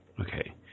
Okay